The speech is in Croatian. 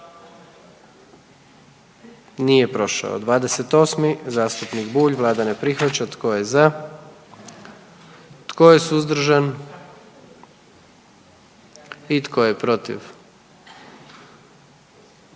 44. Kluba zastupnika SDP-a, vlada ne prihvaća. Tko je za? Tko je suzdržan? Tko je protiv?